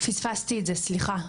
פספסתי את זה סליחה,